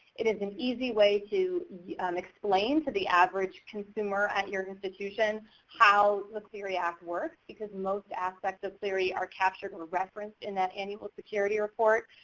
it is an easy way to explain to the average consumer at your institution how the clery act works, because most aspects of clery are captured in reference in that annual security report.